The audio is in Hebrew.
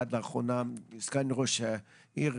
עד לאחרונה סגן ראש העיר,